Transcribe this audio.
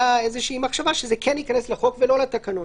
איזושהי מחשבה שזה כן ייכנס לחוק ולא לתקנון.